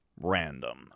random